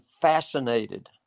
fascinated